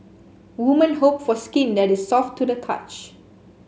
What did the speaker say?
women hope for skin that is soft to the touch